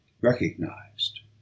recognized